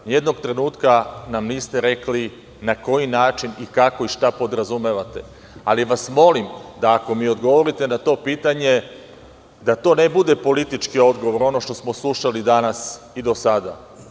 Nijednog trenutka nam niste rekli na koji način, kako i šta podrazumevate, ali vas molim da, ako mi odgovorite na to pitanje, to ne bude politički odgovor, ono što smo slušali danas i do sada.